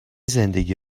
زندگی